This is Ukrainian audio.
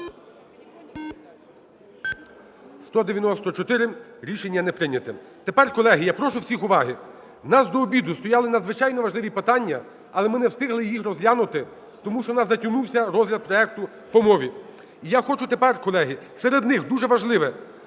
За-194 Рішення не прийняте. Тепер, колеги, я прошу всіх уваги. У нас до обіду стояли надзвичайно важливі питання, але ми не встигли їх розглянути, тому що у нас затягнувся розгляд проекту по мові. І я хочу тепер, колеги, серед них дуже важливе,